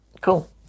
cool